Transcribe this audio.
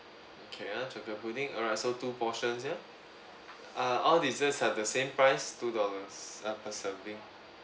okay ah chocolate pudding alright so two portions ya uh all desserts have the same price two dollars uh per serving